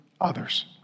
others